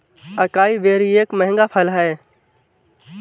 acai berry एक महंगा फल है